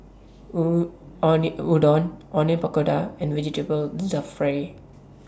Udon Onion Pakora and Vegetable Jalfrezi